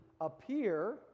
appear